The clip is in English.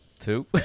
Two